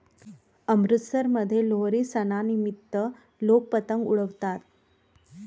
अमृतसरमध्ये लोहरी सणानिमित्त लोक पतंग उडवतात